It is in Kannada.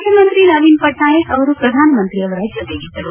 ಮುಖ್ಯಮಂತ್ತಿ ನವೀನ್ ಪಟ್ನಾಯಕ್ ಅವರು ಪ್ರಧಾನಮಂತ್ರಿ ಅವರ ಜೊತೆಗಿದ್ದರು